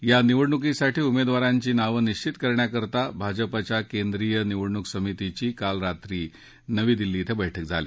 या निवडणूकीसाठी उमेदवारांची नावं निश्चित करण्यासाठी भाजपाच्या केंद्रीय निवडणूक समितीची काल रात्री नवी दिल्ली ध्वें बैठक झाली